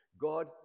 God